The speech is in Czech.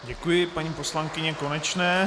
Děkuji paní poslankyni Konečné.